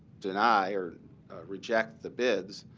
deny or reject the bids,